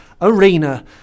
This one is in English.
Arena